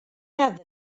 have